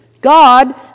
God